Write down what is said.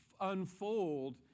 unfold